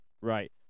Right